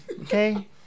okay